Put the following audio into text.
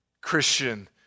Christian